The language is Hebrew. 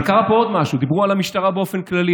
אבל קרה פה עוד משהו: דיברו על המשטרה באופן כללי,